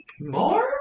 More